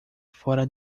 fora